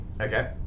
Okay